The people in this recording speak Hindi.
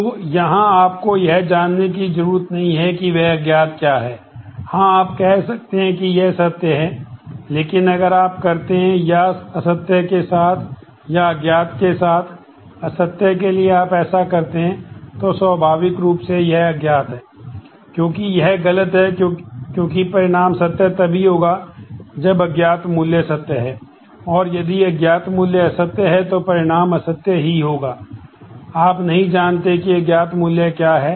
तो यहां आपको यह जानने की जरूरत नहीं है कि वह अज्ञात क्या है हां आप कह सकते हैं कि यह सत्य है लेकिन अगर आप करते हैं या असत्य के साथ या अज्ञात के साथ असत्य के लिए आप ऐसा करते हैं तो स्वाभाविक रूप से यह अज्ञात है क्योंकि यह गलत है क्योंकि परिणाम सत्य तभी होगा जब अज्ञात मूल्य सत्य है और यदि अज्ञात मूल्य असत्य है तो परिणाम असत्य ही होगा आप नहीं जानते कि अज्ञात मूल्य क्या है